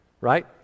right